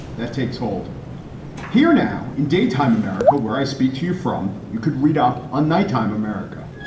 that takes hold here now in daytime america, where i speak to from you could read up a nighttime america.